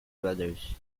brothers